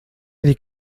dic